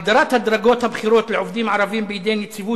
הגדרת הדרגות הבכירות לעובדים ערבים בנציבות